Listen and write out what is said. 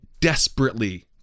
desperately